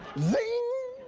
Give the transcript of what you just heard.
zing.